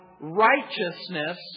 righteousness